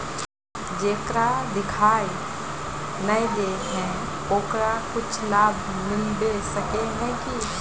जेकरा दिखाय नय दे है ओकरा कुछ लाभ मिलबे सके है की?